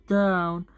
down